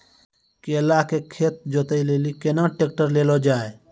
केला के खेत जोत लिली केना ट्रैक्टर ले लो जा?